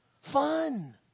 fun